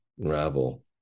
unravel